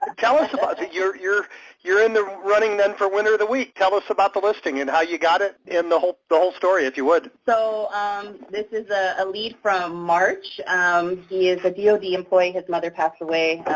and tell us about it. you're, you're you're in the running them for winter, the week tell us about the listing and how you got it in the whole the whole story if you would. so this is ah a lead from march. and he is a ah god employee his mother passed away,